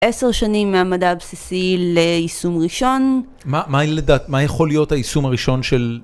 עשר שנים מהמדע הבסיסי לישום ראשון. מה לדעת, מה יכול להיות הישום הראשון של...